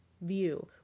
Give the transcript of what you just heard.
view